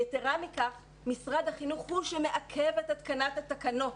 יתרה מכך משרד החינוך הוא שמעכב את התקנת התקנות,